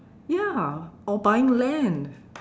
ya or buying land